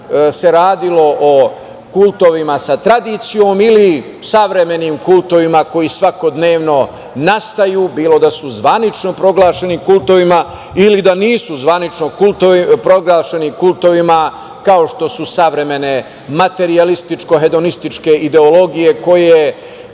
se radilo o kultovima sa tradicijom ili savremenim kultovima koji svakodnevno nastaju, bilo da su zvanično proglašeni kultovima ili da nisu zvanično proglašeni kultovima, kao što su savremene materijalističko-hedonističke ideologije koje